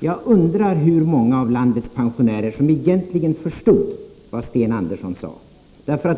Jag undrar hur många av landets pensionärer som egentligen förstod vad Sten Andersson sade.